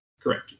Correct